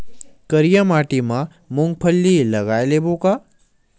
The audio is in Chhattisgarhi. करिया माटी मा मूंग फल्ली लगय लेबों का?